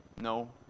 No